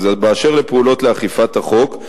באשר לפעולות לאכיפת החוק,